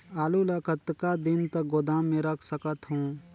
आलू ल कतका दिन तक गोदाम मे रख सकथ हों?